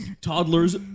toddlers